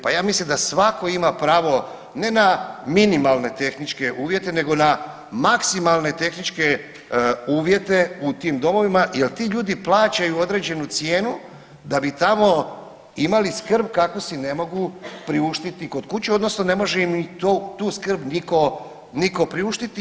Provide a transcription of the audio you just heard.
Pa ja mislim da svatko ima pravo ne na minimalne tehničke uvjete nego na maksimalne tehničke uvjete u tim domovima jel ti ljudi plaćaju određenu cijenu da bi tamo imali skrb kakvu si ne mogu priuštiti kod kuće odnosno ne može im ni tu skrb niko priuštiti.